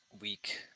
week